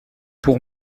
pour